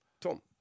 Tom